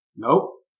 Nope